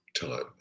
time